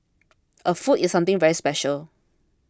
a foot is something very special